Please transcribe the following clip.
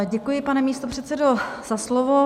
Děkuji, pane místopředsedo, za slovo.